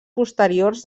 posteriors